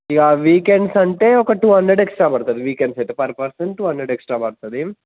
yeah weekend అంటే ఒక two hundred extra పడుతుంది వీకెండ్స్ అయితే per person two hundred extra పడుతుంది